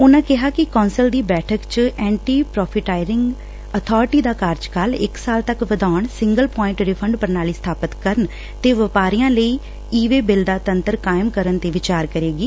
ਉਨਾਂ ਨੇ ਕਿਹਾ ਕਿਂ ਕੌ'ਸਲ ਦੀ ਬੈਠਕ 'ਚ ਐ'ਟੀ ਪਰੋਫੀਟੀਅਰਿੰਗ ਅਬਾਰਟੀ ਦਾ ਕਾਰਜਕਾਲ ਇਕ ਸਾਲ ਤੱਕ ਵਧਾਉਣ ਸਿੰਗਲ ਪੋਵਾਇੰਟ ਰੀਫੰਡ ਪੁਣਾਲੀ ਸਬਾਪਤ ਕਰਨ ਤੇ ਵਪਾਰੀਆਂ ਲਈ ਈ ਵੇ ਬਿੱਲ ਦਾ ਤੰਤਰ ਕਾਇਮ ਕਰਨ ਤੇ ਵਿਚਾਰ ਕਰੇਗੀ